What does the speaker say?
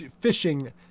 fishing